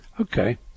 Okay